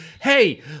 hey